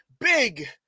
Big